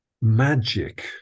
magic